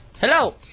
Hello